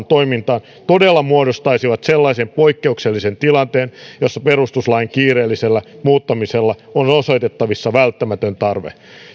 toimintaan todella muodostaisivat sellaisen poikkeuksellisen tilanteen jossa perustuslain kiireellisellä muuttamisella on osoitettavissa välttämätön tarve